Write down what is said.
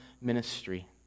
ministry